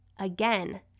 Again